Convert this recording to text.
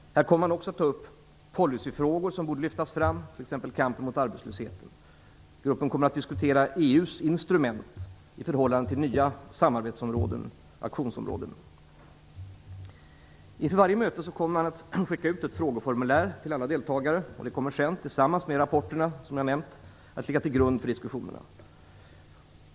Här kommer man också att ta upp policyfrågor som borde lyftas fram, t.ex. kampen mot arbetslösheten. Gruppen kommer att diskutera EU:s instrument i förhållande till nya samarbetsområden och aktionsområden. Inför varje möte kommer man att skicka ut ett frågeformulär till alla deltagare. Det kommer sedan, tillsammans med rapporterna som jag nämnt, att ligga till grund för diskussionerna.